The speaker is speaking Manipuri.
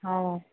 ꯑꯧ